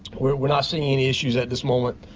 we're we're not seeing any issues at this moment.